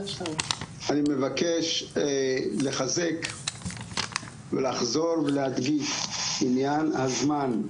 אני מבקש לחזק ולחזור ולהדגיש עניין הזמן,